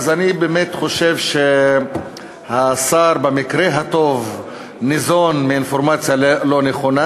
אני באמת חושב שהשר במקרה הטוב ניזון מאינפורמציה לא נכונה,